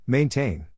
Maintain